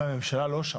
והממשלה לא שם.